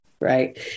Right